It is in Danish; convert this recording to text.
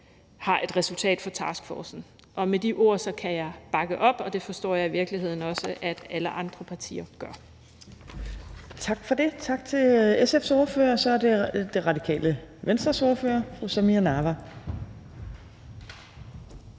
har et resultat fra taskforcen. Og med de ord kan jeg bakke det op, og det forstår jeg i virkeligheden også at alle andre partier gør. Kl. 14:49 Tredje næstformand (Trine Torp): Tak for det. Tak til SF's ordfører. Så er det Radikale Venstres ordfører, fru Samira Nawa.